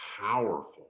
powerful